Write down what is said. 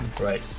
Right